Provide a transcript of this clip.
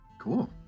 Cool